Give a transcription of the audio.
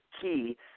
key